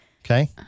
Okay